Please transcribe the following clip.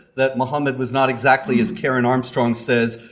that muhammad was not exactly as karen armstrong says,